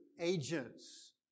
agents